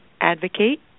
advocate